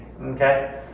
okay